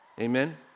amen